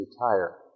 retire